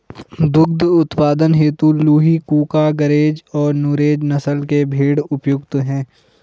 दुग्ध उत्पादन हेतु लूही, कूका, गरेज और नुरेज नस्ल के भेंड़ उपयुक्त है